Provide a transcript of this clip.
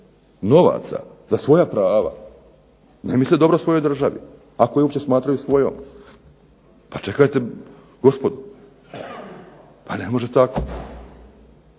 novaca za svoja prava. Zar misle dobro svojoj državi, ako je uopće smatraju svojom. Pa čekajte gospodo, pa ne može tako.